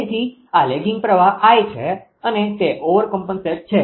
તેથી આ લેગીંગ પ્રવાહ I છે અને તે ઓવરકોમ્પેન્સેટ છે